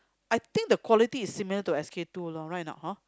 I think the quality is similar to S_K-two lor right or not hor